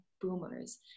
boomers